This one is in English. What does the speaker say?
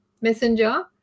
Messenger